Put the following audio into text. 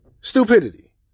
stupidity